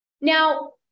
Now